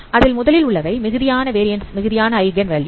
அதில் முதலில் உள்ளவை மிகுதியான வேரியண்ஸ் மிகுதியான ஐகன் வேல்யூ